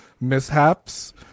mishaps